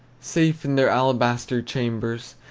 safe in their alabaster chambers,